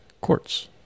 Quartz